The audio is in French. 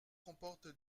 comporte